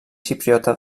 xipriota